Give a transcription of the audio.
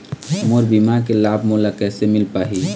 मोर बीमा के लाभ मोला कैसे मिल पाही?